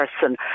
person